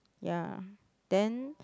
ya then